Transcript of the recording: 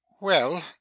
Well